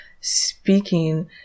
speaking